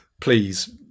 please